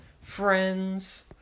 Friends